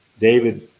David